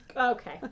Okay